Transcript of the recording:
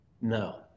No